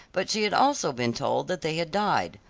but she had also been told that they had died.